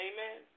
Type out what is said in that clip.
Amen